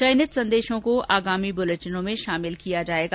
चयनित संदेशों को आगामी बुलेटिनों में शामिल किया जाएगा